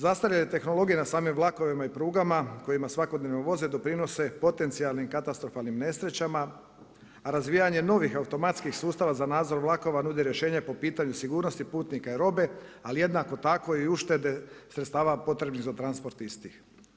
Zastarjela tehnologija na samim vlakovima i prugama kojima svakodnevno voze, doprinose potencijalnim katastrofalnim nesrećama, a razvijanje novih automatskih sustava za nadzor vlakova nude rješenje po pitanju sigurnosti putnika i robe, ali jednako tako i uštede sredstva potrebnih za transport istih.